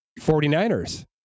49ers